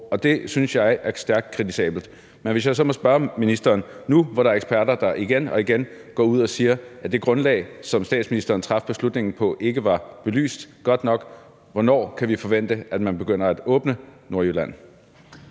og det synes jeg er stærkt kritisabelt. Men hvis jeg så må spørge ministeren nu, hvor der er eksperter, der igen og igen går ud og siger, at det grundlag, som statsministeren traf beslutningen på, ikke var belyst godt nok: Hvornår kan vi forvente at man begynder at åbne Nordjylland?